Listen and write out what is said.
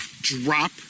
drop